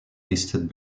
listed